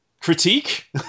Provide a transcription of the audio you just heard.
critique